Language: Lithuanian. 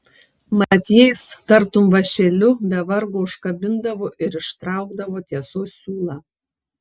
mat jais tartum vąšeliu be vargo užkabindavo ir ištraukdavo tiesos siūlą